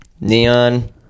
neon